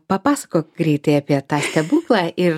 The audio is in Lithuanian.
papasakok greitai apie tą stebuklą ir